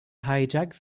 hijack